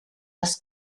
das